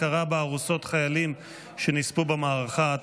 הכרה בארוסות חיילים שנספו במערכה),